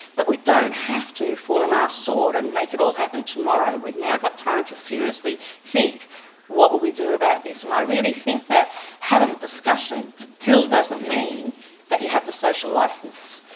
but we don't have to fall on our sword and make it all happen tomorrow. we've now got time to seriously think what will we do about this? and i really think that having the discussion still doesn't mean that you have the social licence.